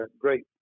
great